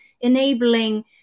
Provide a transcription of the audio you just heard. enabling